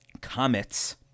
Comets